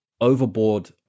overboard